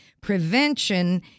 Prevention